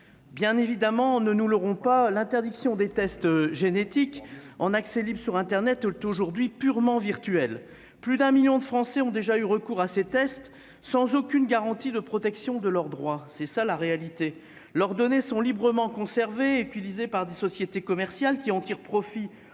Évidemment, ne nous leurrons pas : l'interdiction des tests génétiques en accès libre sur internet est aujourd'hui purement virtuelle. Plus d'un million de Français ont déjà eu recours à ces tests sans avoir aucune garantie que leurs droits étaient protégés. Voilà la réalité ! Leurs données sont librement conservées et utilisées par des sociétés commerciales, qui en tirent profit